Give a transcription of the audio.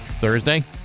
Thursday